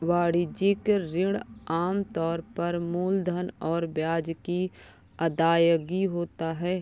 वाणिज्यिक ऋण आम तौर पर मूलधन और ब्याज की अदायगी होता है